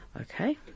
Okay